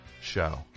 show